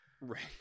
Right